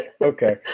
Okay